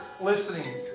listening